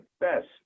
best